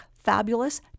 fabulous